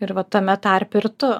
ir va tame tarpe ir tu